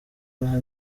nka